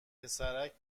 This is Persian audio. پسرک